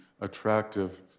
attractive